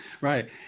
Right